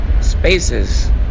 spaces